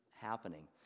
happening